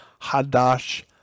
Hadash